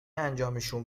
انجامشون